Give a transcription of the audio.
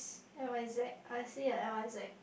X Y Z I see a X Y Z